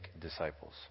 disciples